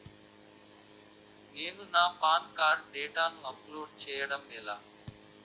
నేను నా PAN card డేటాను అప్లోడ్ చేయడం ఎలా?